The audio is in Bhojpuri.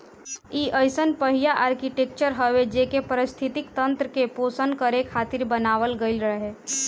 इ अइसन पहिला आर्कीटेक्चर हवे जेके पारिस्थितिकी तंत्र के पोषण करे खातिर बनावल गईल रहे